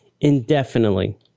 indefinitely